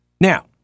Now